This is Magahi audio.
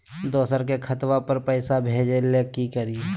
दोसर के खतवा पर पैसवा भेजे ले कि करिए?